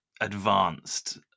advanced